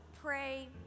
pray